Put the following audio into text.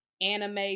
anime